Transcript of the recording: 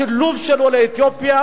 השילוב של עולי אתיופיה,